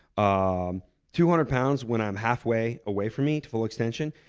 um two hundred pounds when i'm halfway away from me to full extension,